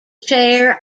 chair